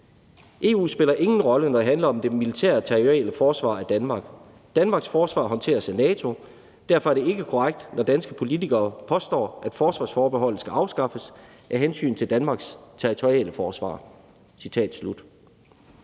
»EU spiller ingen rolle, når det handler om det militære territoriale forsvar af Danmark. Danmarks forsvar håndteres af NATO. Derfor er det ikke korrekt, når danske politikere påstår, at forsvarsforbeholdet skal afskaffes af hensyn til Danmarks territoriale forsvar.«